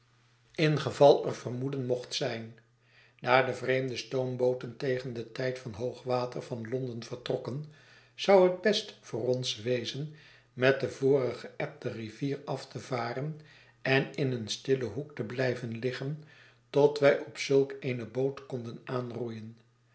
in geval er vermoeden mocht zijn daar de vreemde stoombooten tegen den tijd van hoog water van londen vertrokken zou het best voor ons wezen met de vorige eb de rivier af te varen en in een stillen hoek te blijven liggen tot wij op zulk eene boot konden